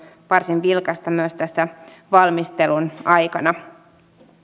varsin vilkasta myös tässä valmistelun aikana